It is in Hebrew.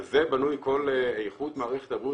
על זה בנויה כל איכות מערכת הבריאות,